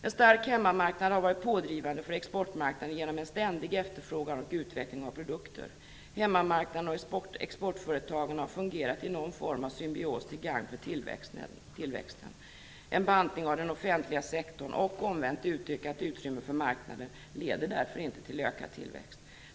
En stark hemmamarknad har varit pådrivande för exportmarknaden genom en ständig efterfrågan och utveckling av produkter. Hemmamarknaden och exportföretagen har fungerat i någon form av symbios till gagn för tillväxten. En bantning av den offentliga sektorn - och omvänt utökat utrymme för marknaden - leder därför inte till ökad tillväxt.